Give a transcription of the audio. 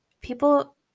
people